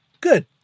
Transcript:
Good